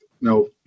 no